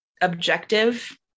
objective